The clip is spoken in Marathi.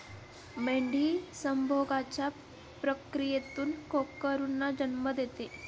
मेंढी संभोगाच्या प्रक्रियेतून कोकरूंना जन्म देते